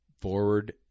forward